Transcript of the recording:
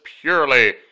purely